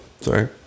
Sorry